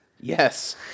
Yes